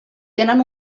tenen